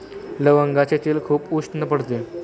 लवंगाचे तेल खूप उष्ण पडते